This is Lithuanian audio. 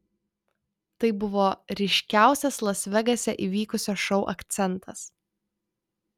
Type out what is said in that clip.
tai buvo ryškiausias las vegase įvykusio šou akcentas